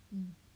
mm